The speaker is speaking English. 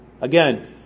Again